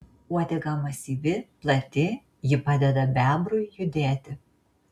uodega masyvi plati ji padeda bebrui judėti